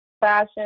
fashion